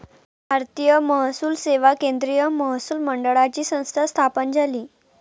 भारतीय महसूल सेवा केंद्रीय महसूल मंडळाची संस्था स्थापन झाली